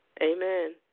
Amen